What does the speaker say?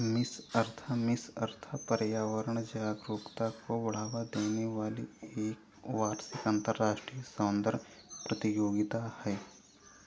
miss Earth Miss Earth पर्यावरण जागरूकता को बढ़ावा देने वाली एक वार्षिक अंतर्राष्ट्रीय सौंदर्य प्रतियोगिता है